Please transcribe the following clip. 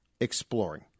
exploring